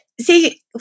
See